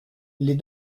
les